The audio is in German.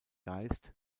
geist